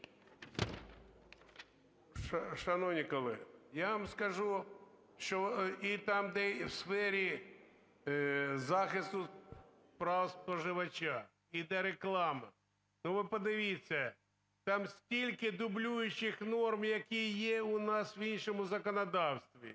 Шановні колеги, я вам скажу, що і там, де у сфері захисту прав споживача, і для реклами, то ви подивіться, там стільки дублюючих норм, які є у нас в іншому законодавстві.